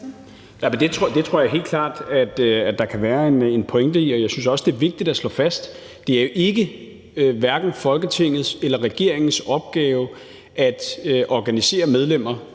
Det tror jeg helt klart at der kan være en pointe i, og jeg synes også, det er vigtigt at slå fast: Det er hverken Folketingets eller regeringens opgave at organisere medlemmer,